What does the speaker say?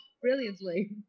brilliantly